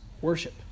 worship